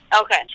okay